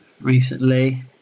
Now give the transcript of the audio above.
recently